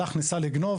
הלך, ניסה לגנוב.